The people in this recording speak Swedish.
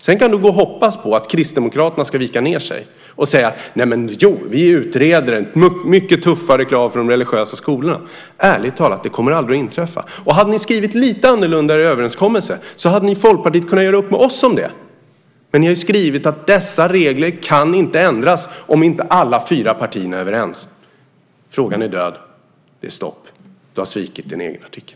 Sedan kan du hoppas på att Kristdemokraterna ska vika sig och säga att det sker en utredning av tuffare krav för de religiösa skolorna. Ärligt talat: Det kommer aldrig att inträffa. Hade ni skrivit lite annorlunda i er överenskommelse hade ni i Folkpartiet kunnat göra upp med oss. Men ni har skrivit att dessa regler inte kan ändras om inte alla fyra partierna är överens. Frågan är död. Det är stopp. Du har svikit din egen artikel.